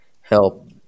help